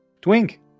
Twink